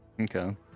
Okay